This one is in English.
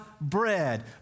bread